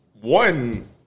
one